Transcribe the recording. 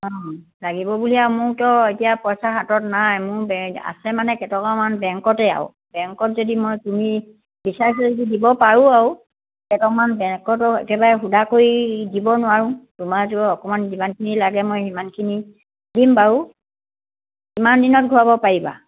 অঁ লাগিব বুলিয়ে মোৰতো এতিয়া পইচা হাতত নাই মোৰে আছে মানে কেটকামান বেংকতে আৰু বেংকত যদি মই তুমি বিচাৰিছা যদি দিব পাৰো আৰু কেইটকামান বেংকতো একেবাৰে সুদা কৰি দিব নোৱাৰো তোমাৰ যি অকমান যিমানখিনি লাগে মই সিমানখিনি দিম বাৰু কিমান দিনত ঘূৰাব পাৰিবা